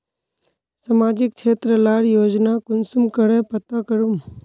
सामाजिक क्षेत्र लार योजना कुंसम करे पता करूम?